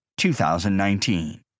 2019